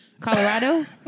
Colorado